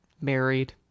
married